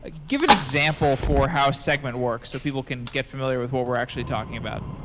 ah give an example for how segment works so people can get familiar with what we're actually talking about.